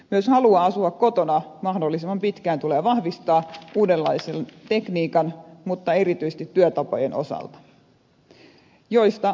myös halua asua kotona mahdollisimman pitkään tulee vahvistaa uudenlaisen tekniikan mutta erityisesti työtapojen osalta